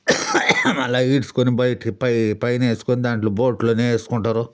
మళ్ళీ ఈడ్చుకొని బయటకి పైన వేసుకొని దాంట్లో బోట్లోనే వేసుకుంటారు